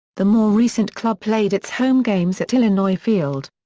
the more recent club played its home games at illinois field.